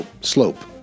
slope